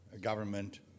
government